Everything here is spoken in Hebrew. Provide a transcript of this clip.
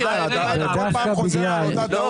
אתה כל פעם חוזר על אותה טעות,